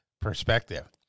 perspective